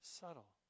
subtle